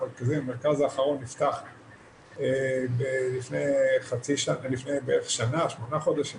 כאלה שהיו בכל מיני מאורות הימורים וכלובים